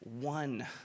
one